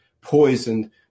poisoned